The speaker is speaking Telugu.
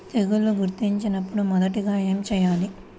తెగుళ్లు గుర్తించినపుడు మొదటిగా ఏమి చేయాలి?